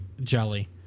Jelly